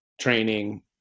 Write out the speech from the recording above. training